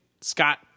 scott